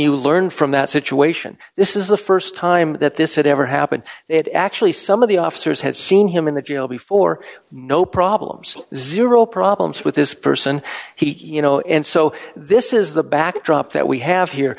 you learn from that situation this is the st time that this had ever happened that actually some of the officers had seen him in the jail before no problems zero problems with this person he you know and so this is the backdrop that we have here